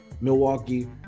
Milwaukee